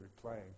playing